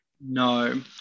no